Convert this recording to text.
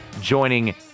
joining